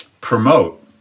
promote